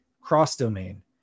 Cross-domain